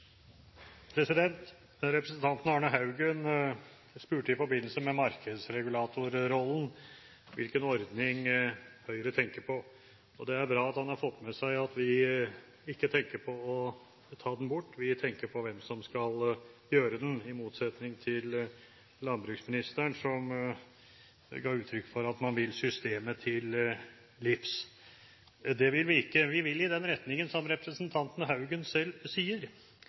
bra at han har fått med seg at vi ikke tenker på å ta den bort. Vi tenker på hvem som skal ha den, i motsetning til landbruksministeren, som ga uttrykk for at man vil systemet til livs. Det vil vi ikke. Vi vil i den retningen som representanten Haugen selv sier.